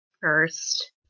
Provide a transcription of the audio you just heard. first